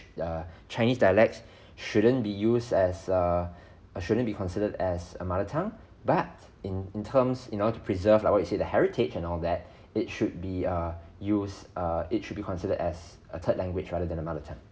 the chinese dialects shouldn't be used as a or shouldn't be considered as a mother tongue but in in terms in order to preserve like what you say the heritage and all that it should be uh use uh it should be considered as a third language rather than a mother tongue